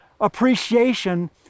appreciation